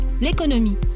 l'économie